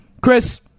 chris